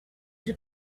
you